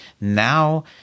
Now